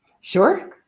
Sure